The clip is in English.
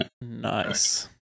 Nice